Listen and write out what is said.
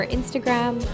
Instagram